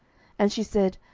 and she said,